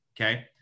Okay